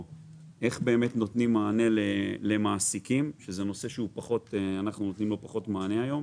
כי זה נושא שאנחנו נותנים לו פחות מענה היום.